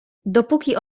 dopóki